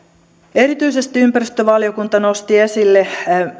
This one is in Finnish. erityisesti ympäristövaliokunta nosti esille